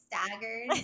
staggered